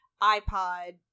iPod